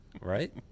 right